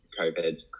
covid